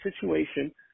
situation